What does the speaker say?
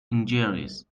injuries